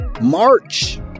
March